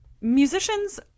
Musicians